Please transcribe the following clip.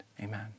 amen